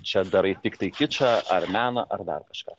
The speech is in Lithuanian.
čia darai tiktai kičą ar meną ar dar kažką